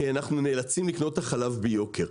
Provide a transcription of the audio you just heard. כי אנחנו נאלצים לקנות את החלב ביוקר.